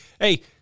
hey